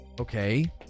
Okay